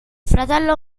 fratello